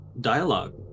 dialogue